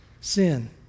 sin